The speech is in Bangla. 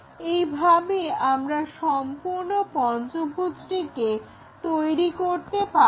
এইভাবে আমরা সম্পূর্ণ পঞ্চভুজটিকে তৈরি করতে পারব